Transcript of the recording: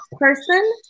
person